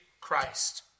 Christ